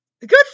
Good